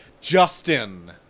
Justin